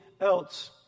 else